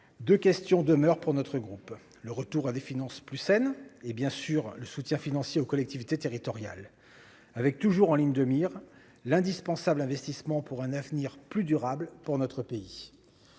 préoccupations demeurent pour notre groupe : le retour à des finances plus saines, et, bien sûr, le soutien financier aux collectivités territoriales, avec, toujours en ligne de mire, l'indispensable investissement pour un avenir plus durable pour notre pays.